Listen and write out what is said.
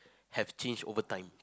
have changed over time